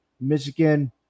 Michigan